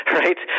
right